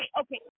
okay